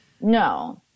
No